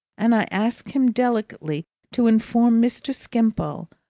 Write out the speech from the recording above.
and i asked him delicately to inform mr. skimpole,